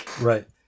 Right